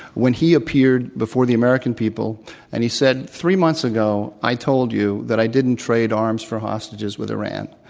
when he appeared before the american people and he said, three months ago i told you that i didn't trade arms for hostages with iran.